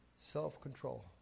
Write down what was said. self-control